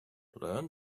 learn